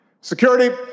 security